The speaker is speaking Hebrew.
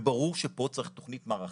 ברור שפה צריך תוכנית מערכתית,